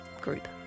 group